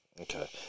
Okay